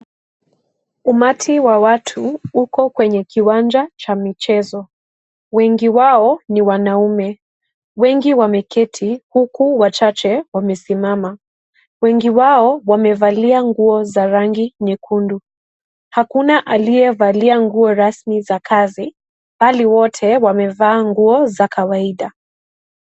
Umati wa watu uko kwenye kiwanja cha michezo, wengi wao ni wanaume. Wengi wameketi huku wachache wamesimama. Wengi wao wamevalia nguo za rangi nyekundu. Hakuna aliyevalia nguo rasmi za kazi mbali wote wamevaa nguo za kawaida.